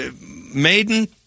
Maiden